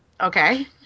okay